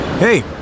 Hey